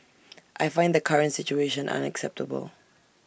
I find the current situation unacceptable